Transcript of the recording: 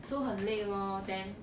so 很累 lor then